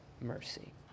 mercy